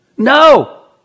No